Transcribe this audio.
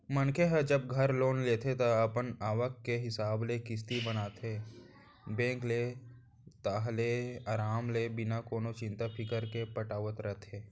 मनखे ह जब घर लोन लेथे ता अपन आवक के हिसाब ले किस्ती बनाथे बेंक के ताहले अराम ले बिना कोनो चिंता फिकर के पटावत रहिथे